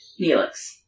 Neelix